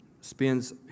spends